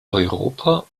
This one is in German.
europa